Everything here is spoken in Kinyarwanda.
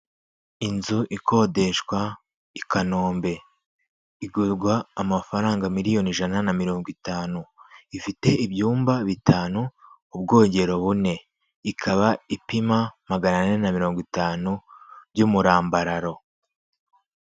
Inzu ikodeshwa i Kanombe igurwa amafaranga miliyoni ijana na mirongo itanu, ifite ibyumba bitanu, ubwogero bune, ikaba ipima magana ane na mirongo itanu by'umurambararo.